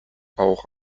auch